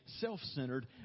self-centered